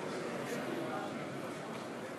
(חותם על ההצהרה)